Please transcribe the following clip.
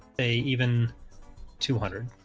a even two hundred